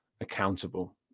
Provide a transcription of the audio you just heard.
accountable